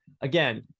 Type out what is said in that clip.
Again